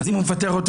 אם הוא מפטר אותו,